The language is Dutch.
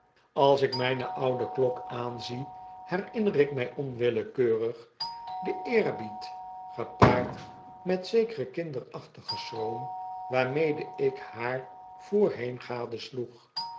als ik mijne oude klok aanzie herinner ik mij onwillekeurig den eerbied gepaard met zekeren kinderachtigen schroom waarmede ik haar voorheen gadesloeg